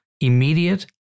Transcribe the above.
immediate